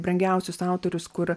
brangiausius autorius kur